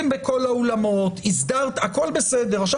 בשנתיים-שלוש הראשונות שבודקים הסדר כזה,